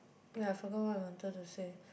ya I forgot what I wanted to say